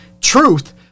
truth